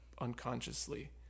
unconsciously